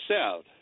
south